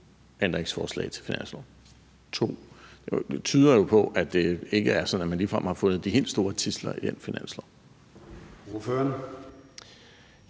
ændringsforslag til finansloven – to. Det tyder jo på, at det ikke er sådan, at man ligefrem har fundet de helt store tidsler i finansloven.